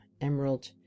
emerald